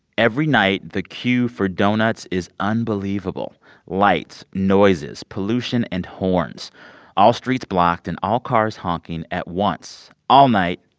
every night, the queue for doughnuts is unbelievable lights, noises, pollution and horns all streets blocked and all cars honking at once, all night,